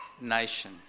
nation